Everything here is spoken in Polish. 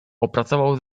opracował